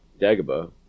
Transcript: Dagobah